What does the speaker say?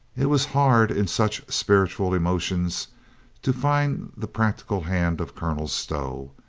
it was hard in such spiritual emotions to find the practical hand of colonel stow.